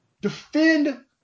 defend